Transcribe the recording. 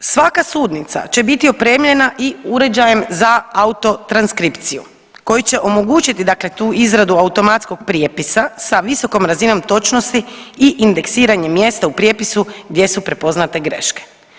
Dakle, svaka sudnica će biti opremljena i uređajem za auto transkripciju koji će omogućiti dakle tu izradu automatskog prijepisa sa visokom razinom točnosti i indeksiranje mjesta u prijepisu gdje su prepoznate greške.